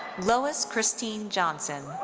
lois christine johnson.